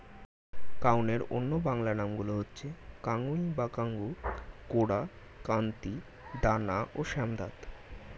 কাউনের অন্য বাংলা নামগুলো হচ্ছে কাঙ্গুই বা কাঙ্গু, কোরা, কান্তি, দানা ও শ্যামধাত